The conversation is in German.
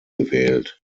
gewählt